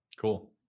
Cool